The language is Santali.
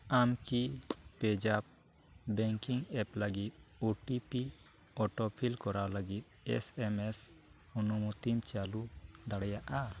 ᱟᱢ ᱠᱤ ᱯᱮᱡᱟᱯ ᱵᱮᱝᱠᱤᱝ ᱮᱯ ᱞᱟᱹᱜᱤᱫ O T P auto fill ᱠᱚᱨᱟᱣ ᱞᱟᱹᱜᱤᱫ ᱮᱥᱮᱢᱮᱥ ᱚᱱᱩᱢᱚᱛᱤᱧ ᱪᱟᱹᱞᱩ ᱫᱟᱲᱮᱭᱟᱜᱼᱟ